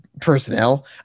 personnel